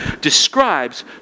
describes